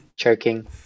Choking